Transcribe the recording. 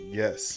yes